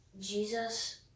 Jesus